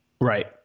right